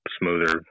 smoother